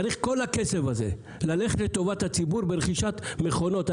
כל הכסף הזה צריך לחזור לטובת הציבור לרכישת מכונות.